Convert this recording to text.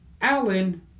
Alan